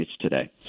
today